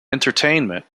entertainment